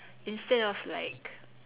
instead of like